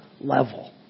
level